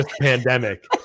pandemic